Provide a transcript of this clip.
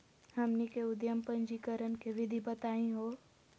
हमनी के उद्यम पंजीकरण के विधि बताही हो?